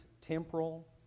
temporal